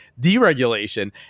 deregulation